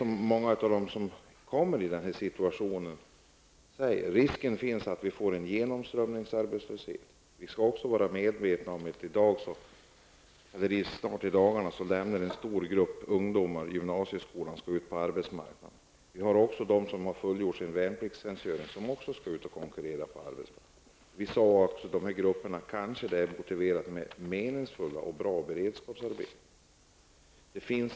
Många kommer nu i denna situation. Risken finns att det blir en genomströmningsarbetslöshet. Vi skall också vara medvetna om att i dagarna lämnar en stor grupp ungdomar gymnasieskolan och skall ut på arbetsmarknaden. Vi har också de som har fullgjort sin värnpliktstjänstgöring och som skall ut och konkurrera på arbetsmarknaden. Dessa grupper skall ha meningsfulla och bra beredskapsarbeten.